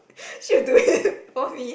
she will do it for me